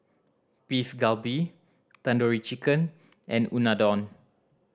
Beef Galbi Tandoori Chicken and Unadon